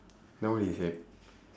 then what did he say